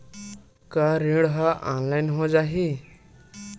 का ऋण ह ऑनलाइन हो जाही?